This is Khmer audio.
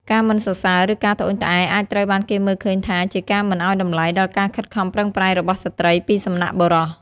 ការមិនសរសើរ ឬការត្អូញត្អែរ អាចត្រូវបានគេមើលឃើញថាជាការមិនឱ្យតម្លៃដល់ការខិតខំប្រឹងប្រែងរបស់ស្ត្រីពីសំណាក់បុរស។